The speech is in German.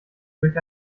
durch